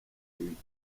imihigo